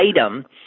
item